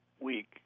week